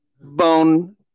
bone